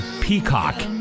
Peacock